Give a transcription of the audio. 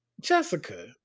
Jessica